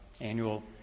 annual